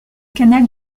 canal